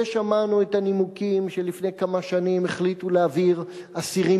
שמענו את הנימוקים שלפני כמה שנים החליטו להעביר אסירים